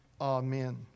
Amen